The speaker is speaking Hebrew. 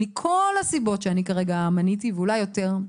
מכל הסיבות שמניתי כרגע ואולי יותר,